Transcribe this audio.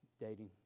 dating